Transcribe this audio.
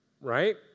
right